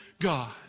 God